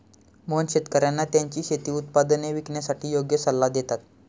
मोहन शेतकर्यांना त्यांची शेती उत्पादने विकण्यासाठी योग्य सल्ला देतात